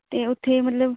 ਅਤੇ ਉੱਥੇ ਮਤਲਬ